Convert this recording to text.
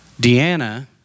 Deanna